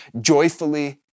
joyfully